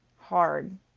hard